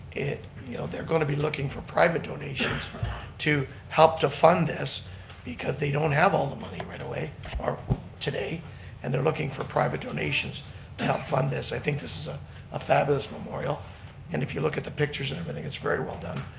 you know they're going to be looking for private donations to help to fund this because they don't have all the money right away or today and they're looking for private donations to help fund this. i think this is a fabulous memorial and if you look at the pictures and everything, it's very well done.